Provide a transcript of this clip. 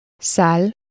Sal